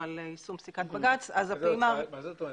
על יישום פסיקת בג"ץ -- מה זאת אומרת,